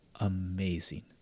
amazing